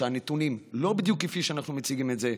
הנתונים הם לא בדיוק כפי שאנחנו מציגים את זה,